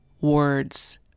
words